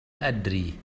أدري